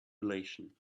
relation